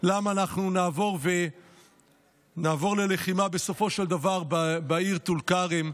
למה אנחנו נעבור ללחימה בסופו של דבר בעיר טול כרם,